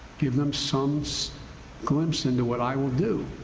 give them some so glimpse into what i will do.